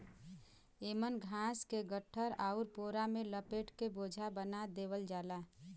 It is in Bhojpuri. एमन घास के गट्ठर आउर पोरा में लपेट के बोझा बना देवल जाला